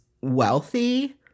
wealthy